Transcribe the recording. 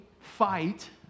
fight